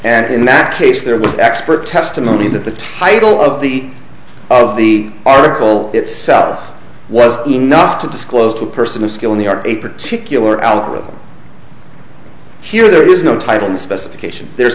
and in that case there was x per testimony that the title of the of the article itself was enough to disclose to a person a skill in the are a particular algorithm here there is no title and specifications there's